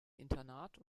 internat